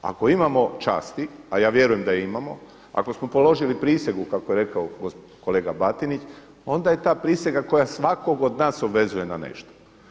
Ako imamo časti, a ja vjerujem da imamo, ako smo položili prisegu kako je rekao kolega Batinić onda je ta prisega koja svakog od nas obvezuje na nešto.